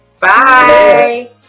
Bye